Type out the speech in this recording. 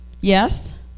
Yes